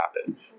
happen